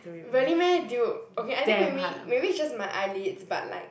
really meh dude okay I think maybe maybe is just my eyelids but like